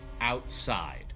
outside